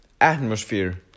atmosphere